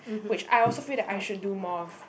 which I also feel that I should do more of